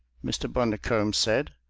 mr. bundercombe said,